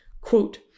Quote